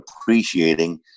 appreciating